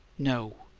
no.